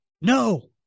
no